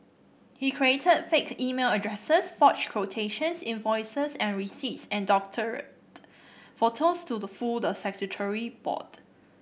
he created fake email addresses forged quotations invoices and receipts and doctored photographs to fool the statutory board